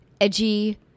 edgy